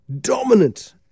dominant